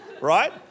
right